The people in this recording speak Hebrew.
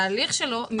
המיסוי הוא תהליך גומל.